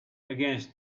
against